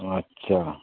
আচ্ছা